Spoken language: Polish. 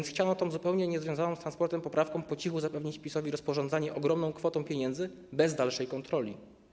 Chciano więc tą, zupełnie niezwiązaną z transportem, poprawką po cichu zapewnić PiS-owi rozporządzanie ogromną kwotą pieniędzy bez dalszej kontroli.